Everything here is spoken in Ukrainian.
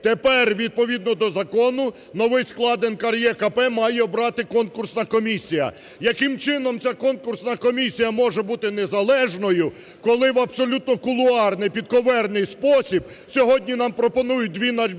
Тепер відповідно до закону новий склад НКРЕКП має обрати конкурсна комісія. Яким чином ця конкурсна комісія може бути незалежною, коли в абсолютно кулуарний, "підковерний" спосіб сьогодні нам пропонують дві найбільші